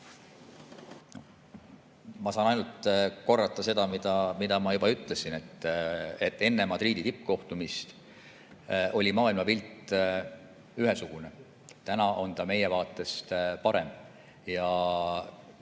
Ma saan ainult korrata seda, mida ma juba ütlesin. Enne Madridi tippkohtumist oli maailmapilt ühesugune, täna on ta meie vaatest parem.